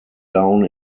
down